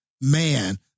Man